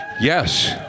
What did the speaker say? Yes